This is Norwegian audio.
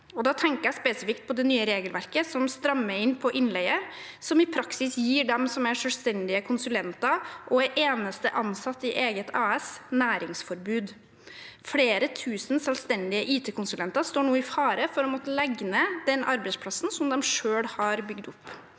Da tenker jeg spesifikt på det nye regelverket som strammer inn på innleie, og som i praksis gir dem som er selvstendige konsulenter og eneste ansatte i eget AS, næringsforbud. Flere tusen selvstendige IT-konsulenter står nå i fare for å måtte legge ned den arbeidsplassen de selv har bygd opp,